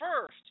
first